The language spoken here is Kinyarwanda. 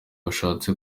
bashatse